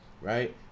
right